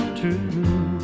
true